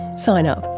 sign up,